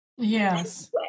Yes